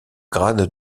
grade